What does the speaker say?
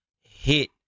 hit